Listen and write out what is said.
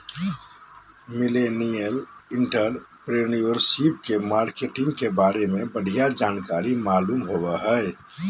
millennial entrepreneurship के marketing के बारे में बढ़िया जानकारी मालूम होबो हय